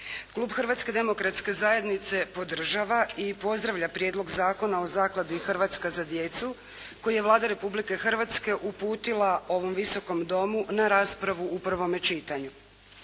Klub Hrvatske demokratske zajednice podržava i pozdravlja Prijedlog zakona o Zakladi "Hrvatska za djecu" koji je Vlada Republike Hrvatske uputila ovom Visokom domu na raspravu u prvom čitanju.